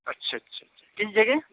اچھا اچھا کس جگہ